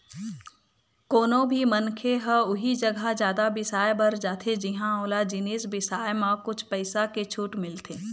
कोनो भी मनखे ह उही जघा जादा बिसाए बर जाथे जिंहा ओला जिनिस बिसाए म कुछ पइसा के छूट मिलथे